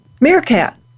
Meerkat